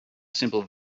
simple